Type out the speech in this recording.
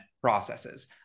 processes